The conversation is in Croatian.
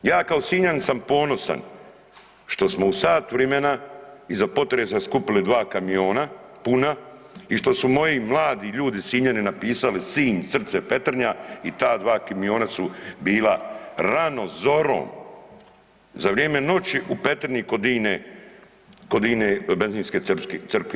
Ja kao Sinjanin sam ponosan što smo u sat vrimena iza potresa skupili dva kamiona puna i što su moji mladi ljudi Sinjani napisali Sinj srce Petrinja i ta dva kamiona su bila ranom zorom, za vrijeme noći u Petrinji kod INA-e benzinske crpke.